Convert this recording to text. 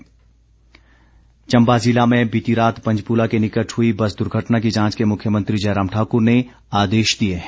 बस हादसा चम्बा ज़िला में बीती रात पंजपुला के निकट हुई बस दुर्घटना की जांच के मुख्यमंत्री जयराम ठाकुर ने आदेश दिए हैं